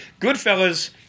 Goodfellas